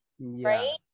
Right